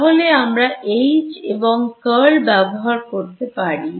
তাহলে আমরা H এবং curl ব্যবহার করতে পারি